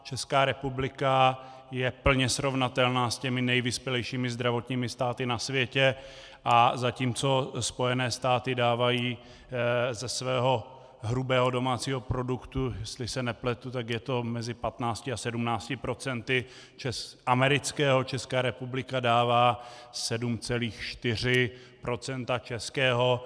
Česká republika je plně srovnatelná s těmi nejvyspělejšími zdravotními státy na světě, a zatímco Spojené státy dávají ze svého hrubého domácího produktu, jestli se nepletu, tak je to mezi 15 a 17 % amerického, Česká republika dává 7,4 % českého.